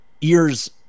Ears